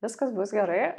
viskas bus gerai